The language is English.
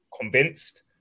convinced